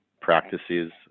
practices